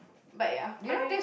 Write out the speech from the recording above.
but ya I mean